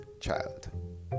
child